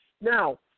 Now